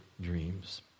dreams